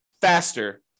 faster